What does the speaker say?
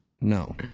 No